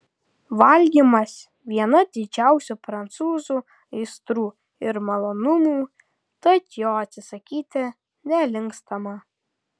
valgymas viena didžiausių prancūzų aistrų ir malonumų tad jo atsisakyti nelinkstama